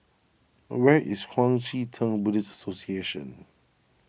where is Kuang Chee Tng Buddhist Association